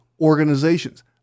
organizations